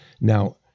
Now